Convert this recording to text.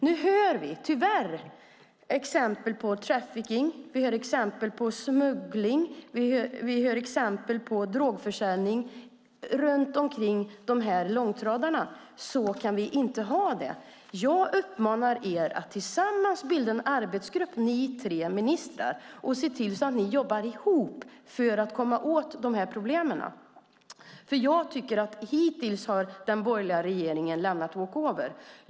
Nu hör vi, tyvärr, exempel på trafficking. Vi hör exempel på smuggling och drogförsäljning runt omkring långtradarna. Så kan vi inte ha det. Jag uppmanar de tre ministrarna att bilda en arbetsgrupp så att ni kan jobba ihop för att komma åt problemen. Hittills har den borgerliga regeringen lämnat walkover.